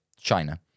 China